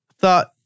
thought